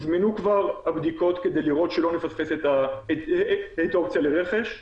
הוזמנו כבר הבדיקות כדי לראות שלא נפספס את האופציה לרכש,